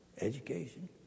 education